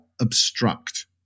obstruct